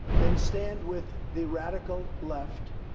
then stand with the radical left.